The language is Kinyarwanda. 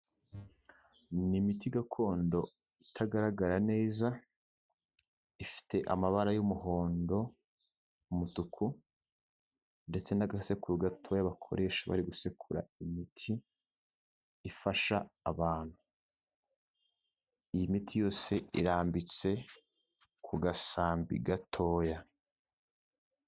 Ni miti gakondo itagaragara neza ifite amabara y'umuhondo, umutuku ndetse n'agasekuru gatoya bakoresha bari gusekura imiti ifasha abantu. Iyi miti yose irambitse ku gasambi gatoya.